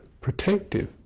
protective